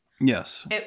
Yes